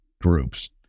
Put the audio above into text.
groups